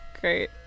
great